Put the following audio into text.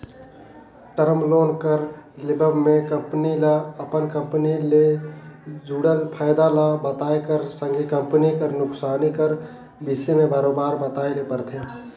term loan कर लेवब में कंपनी ल अपन कंपनी ले जुड़ल फयदा ल बताए कर संघे कंपनी कर नोसकानी कर बिसे में बरोबेर बताए ले परथे